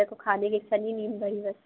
मेरे को खाने की इच्छा ही नहीं बढ़ी बस